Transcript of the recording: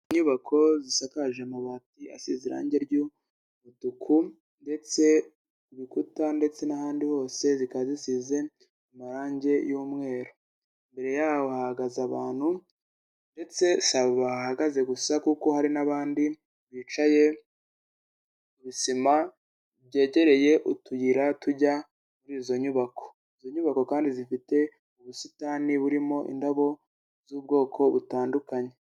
Inyubako zisakaje amabati asize irangi ry'umutuku, ndetse urukuta ndetse n'ahandi hose bikaba bisize amarangi y'umweru. Imbere yaho hahagaze abantu ndetse saba bahagaze gusa kuko hari n'abandi bicaye kw’isima yegereye utuyira tujya muri izo nyubako. Izo nyubako kandi zifite ubusitani burimo indabo z'ubwoko butandukanye.